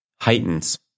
heightens